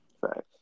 Right